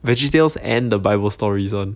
veggietales and the bible stories [one]